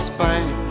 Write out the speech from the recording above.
Spain